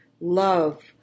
Love